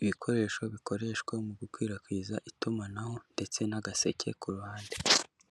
ibikoresho bikoreshwa mu gukwirakwiza itumanaho ndetse n'agaseke ku ruhande.